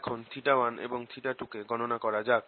এখন 1 এবং 2 কে গণনা করা যাক